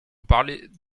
palais